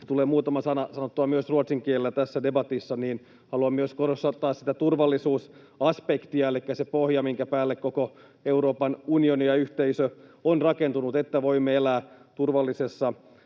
tulee muutama sana sanottua myös ruotsin kielellä tässä debatissa — haluan myös korostaa sitä turvallisuusaspektia. Elikkä se pohja, minkä päälle koko Euroopan unioni ja yhteisö on rakentunut, niin että voimme elää turvallisessa